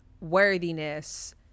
worthiness